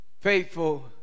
faithful